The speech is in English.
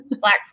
black